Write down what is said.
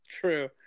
True